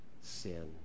sin